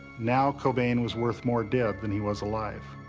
now cobain was worth more dead than he was alive.